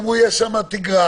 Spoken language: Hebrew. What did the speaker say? אמרו שיש שם תגרה,